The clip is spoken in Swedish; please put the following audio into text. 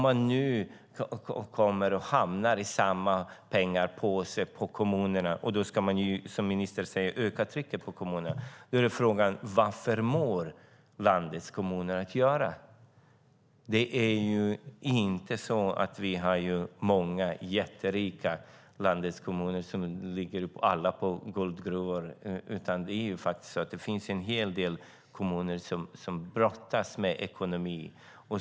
När nu detta hamnar i samma pengapåse på kommunerna och man ska öka trycket på kommunerna, som ministern säger, vad förmår då landets kommuner att göra? Vi har inte många rika kommuner i landet som sitter på guldgruvor, utan det finns en hel del kommuner som brottas med sin ekonomi.